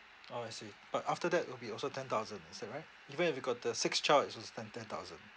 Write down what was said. orh I see but after that will be also ten thousand is that right even if you got the sixth child it's also ten ten thousand